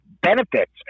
benefits